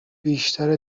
بیشتر